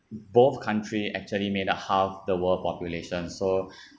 both country actually made a half the world population so